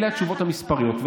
אלה התשובות המספריות.